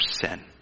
sin